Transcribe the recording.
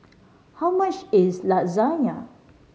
how much is